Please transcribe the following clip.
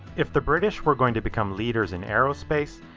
if the british were going to become leaders in aerospace,